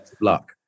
luck